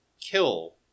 kill